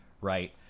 right